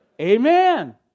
amen